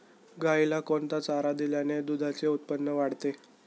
गाईला कोणता चारा दिल्याने दुधाचे उत्पन्न वाढते?